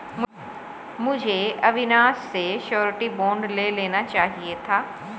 मुझे अविनाश से surety bond ले लेना चाहिए था